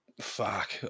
Fuck